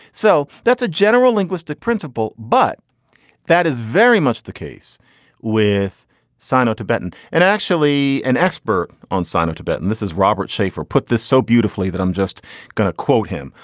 so that's a general linguistic principle. but that is very much the case with sino tibetan and actually an expert on sino tibetan. this is robert shaefer. put this so beautifully that i'm just going to quote him.